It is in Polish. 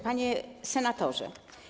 Panie Senatorze!